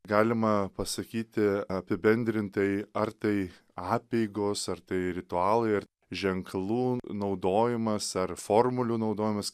galima pasakyti apibendrintai ar tai apeigos ar tai ritualai ar ženklų naudojimas ar formulių naudojimas